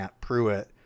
Pruitt